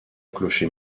clocher